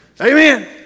Amen